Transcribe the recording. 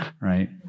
right